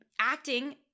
acting